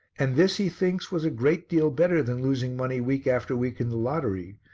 and this he thinks was a great deal better than losing money week after week in the lottery,